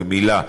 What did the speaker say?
זו מילה.